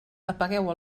apagueu